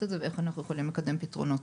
את זה ואיך אנחנו יכולים לקדם פתרונות.